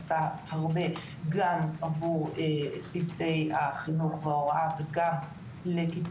הוועדה ביקשה באמת בזריזות רבה ממשרד החינוך להגיע לתוכנית